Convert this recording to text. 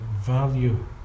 value